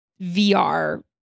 VR